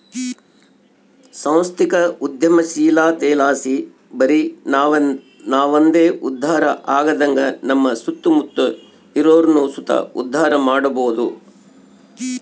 ಸಾಂಸ್ಥಿಕ ಉದ್ಯಮಶೀಲತೆಲಾಸಿ ಬರಿ ನಾವಂದೆ ಉದ್ಧಾರ ಆಗದಂಗ ನಮ್ಮ ಸುತ್ತಮುತ್ತ ಇರೋರ್ನು ಸುತ ಉದ್ಧಾರ ಮಾಡಬೋದು